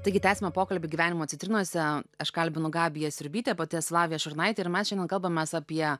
taigi tęsiame pokalbį gyvenimo citrinose aš kalbinu gabiją siurbytę boteslaves šurnaitė ir mes šiandien kalbamės apie